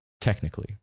Technically